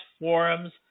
forums